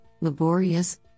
laborious